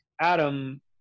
Adam